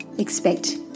expect